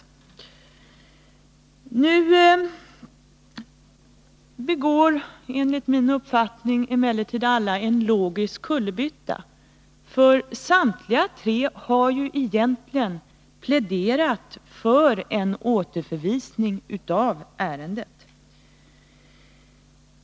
Nu begår emellertid enligt min uppfattning alla en logisk kullerbytta, ty samtliga tre talare har egentligen pläderat för en återförvisning av ärendet.